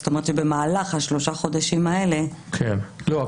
זאת אומרת שבמהלך שלושה החודשים האלה --- לא,